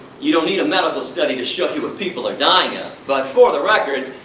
you don't need a medical study to show me what people are dying of, but for the record.